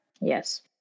yes